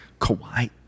Kawhi